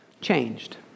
changed